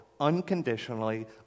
unconditionally